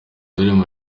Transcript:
ndirimbo